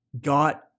got